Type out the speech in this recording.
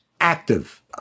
active